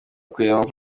ukuyemo